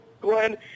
Glenn